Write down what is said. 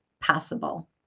possible